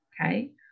okay